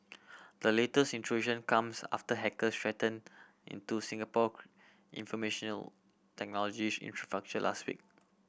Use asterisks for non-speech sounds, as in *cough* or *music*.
the latest intrusion comes after hacker threaten into Singapore *unintelligible* information O technologies infrastructure last week